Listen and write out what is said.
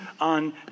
on